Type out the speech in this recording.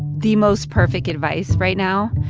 the most perfect advice right now,